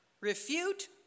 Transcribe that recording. refute